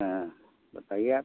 हाँ बताइए आप